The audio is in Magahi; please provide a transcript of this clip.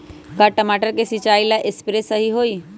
का टमाटर के सिचाई ला सप्रे सही होई?